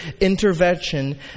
intervention